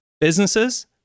businesses